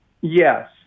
Yes